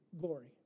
glory